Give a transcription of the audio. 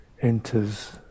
enters